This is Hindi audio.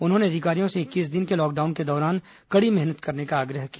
उन्होंने अधिकारियों से इक्कीस दिन के लॉकडाउन के दौरान कड़ी मेहनत करने का आग्रह किया